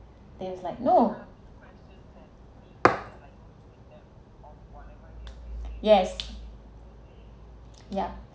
there's like no yes yeah